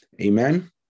Amen